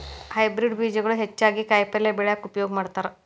hybrid ಬೇಜಗಳು ಹೆಚ್ಚಾಗಿ ಕಾಯಿಪಲ್ಯ ಬೆಳ್ಯಾಕ ಉಪಯೋಗ ಮಾಡತಾರ